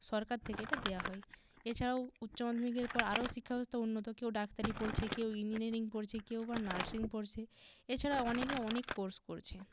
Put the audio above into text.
সরকার থেকে এটা দেয়া হয় এছাড়াও উচ্চ মাধ্যমিকের পর আরও শিক্ষা ব্যবস্থা উন্নত কেউ ডাক্তারি পড়ছে কেউ ইঞ্জিনিয়ারিং পড়ছে কেউ বা নার্সিং পড়ছে এছাড়া অনেকে অনেক কোর্স করছে